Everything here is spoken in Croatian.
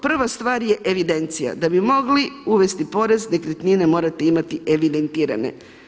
Prva stvar je evidencija, da bi mogli uvesti porez nekretnine morate imati evidentirane.